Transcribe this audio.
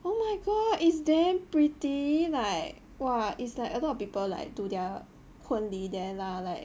oh my god is damn pretty like !wah! is like a lot of people like to do 婚礼 there lah like